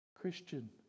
Christian